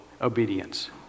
obedience